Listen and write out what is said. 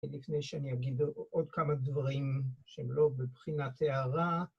לפני שאני אגיד עוד כמה דברים שהם לא בבחינת הערה.